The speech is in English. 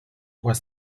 were